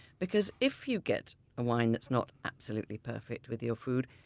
because if you get a wine that's not absolutely perfect with your food,